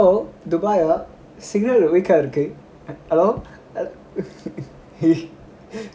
hello dubai யா:ya signal weak ஆ இருக்கு:aa iruku hello